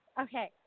okay